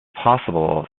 possible